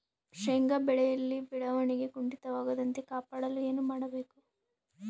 ಶೇಂಗಾ ಬೆಳೆಯಲ್ಲಿ ಬೆಳವಣಿಗೆ ಕುಂಠಿತವಾಗದಂತೆ ಕಾಪಾಡಲು ಏನು ಮಾಡಬೇಕು?